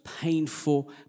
painful